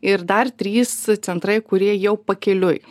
ir dar trys centrai kurie jau pakeliui